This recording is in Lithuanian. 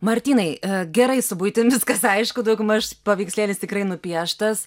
martynai gerai su buitim viskas aišku daugmaž paveikslėlis tikrai nupieštas